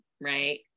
Right